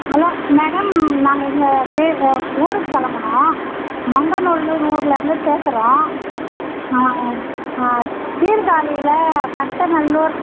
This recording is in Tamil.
ஹலோ மேடம் நாங்கள் இங்கே பே ஊருக்கு கிளம்பணும் மங்கநல்லூர்னு ஒரு ஊரிலேருந்து பேசுகிறோம் ஆ ஆ ஆ சீர்காழியில் சட்டநல்லூர்